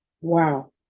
wow